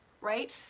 right